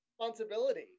responsibility